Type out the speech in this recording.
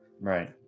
Right